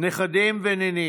נכדים ונינים.